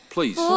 Please